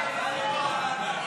כהצעת הוועדה,